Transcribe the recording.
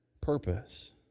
purpose